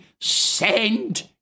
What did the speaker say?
send